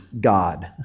God